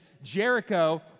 Jericho